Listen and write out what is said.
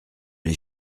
les